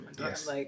Yes